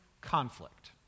conflict